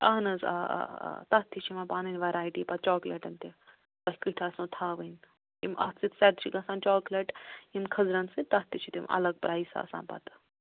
اَہَن حظ آ آ آ تَتھ تہِ چھِ یِوان پَنٕنۍ ویٚرایٹی پَتہٕ چاکلیٹَن تہِ تۄہہِ کٲتیٛاہ آسٕنَو تھاوٕنۍ یِم اَتھ سۭتۍ سیٚٹ چھِ گژھان چاکلیٹ یِم خٔزٕرَن سۭتۍ تَتھ تہِ چھِ تِم الگ پرایِز آسان پَتہٕ